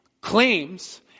claims—